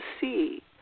see